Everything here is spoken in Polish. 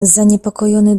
zaniepokojony